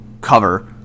cover